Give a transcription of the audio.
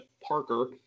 Parker